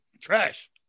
trash